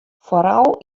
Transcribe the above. foaral